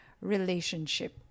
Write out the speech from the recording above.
relationship